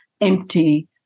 empty